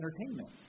entertainment